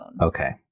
okay